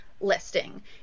listing